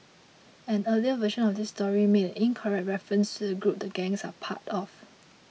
an earlier version of this story made an incorrect reference to the group the gangs are part of